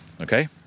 okay